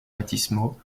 baptismaux